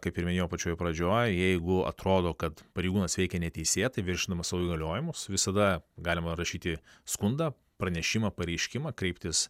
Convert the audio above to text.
kaip ir minėjau pačioj pradžioj jeigu atrodo kad pareigūnas veikia neteisėtai viršydamas savo įgaliojimus visada galima rašyti skundą pranešimą pareiškimą kreiptis